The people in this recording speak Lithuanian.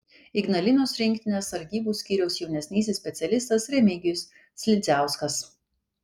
ignalinos rinktinės sargybų skyriaus jaunesnysis specialistas remigijus slidziauskas